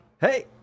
Hey